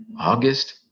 August